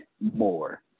more